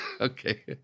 Okay